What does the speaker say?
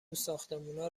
ساختمونا